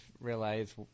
realize